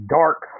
dark